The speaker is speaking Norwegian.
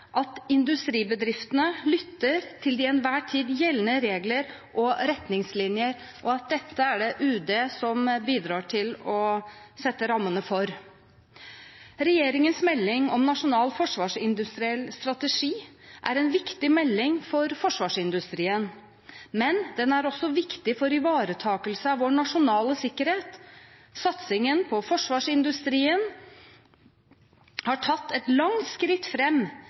dette er det UD som bidrar til å sette rammene for. Regjeringens melding, Nasjonal forsvarsindustriell strategi, er en viktig melding for forsvarsindustrien, men den er også viktig for ivaretakelse av vår nasjonale sikkerhet. Satsingen på forsvarsindustrien har tatt et langt skritt